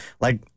like-